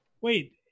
Wait